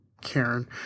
Karen